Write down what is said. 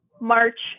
march